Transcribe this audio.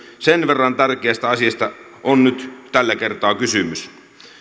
sen verran tärkeästä asiasta on nyt tällä kertaa kysymys